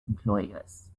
employers